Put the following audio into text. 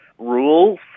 rules